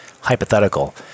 hypothetical